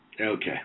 Okay